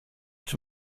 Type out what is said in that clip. czy